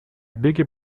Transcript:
big